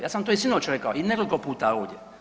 Ja sam to i sinoć rekao i nekoliko puta ovdje.